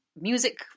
music